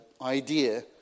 idea